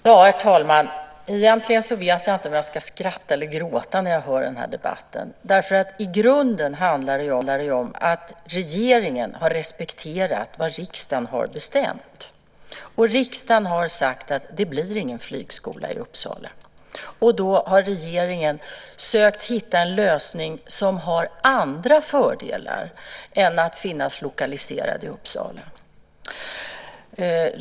Herr talman! Egentligen vet jag inte om jag ska skratta eller gråta när jag hör den här debatten. I grunden handlar det om att regeringen har respekterat vad riksdagen har bestämt. Riksdagen har sagt att det inte blir någon flygskola i Uppsala. Då har regeringen sökt hitta en lösning som har andra fördelar än en lokalisering till Uppsala.